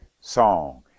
song